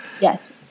yes